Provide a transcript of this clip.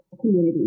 community